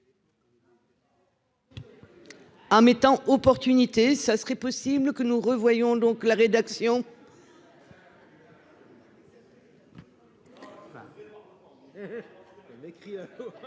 En mettant opportunité ça serait possible que nous revoyons donc la rédaction.